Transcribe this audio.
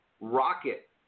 rocket